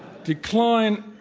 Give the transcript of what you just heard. decline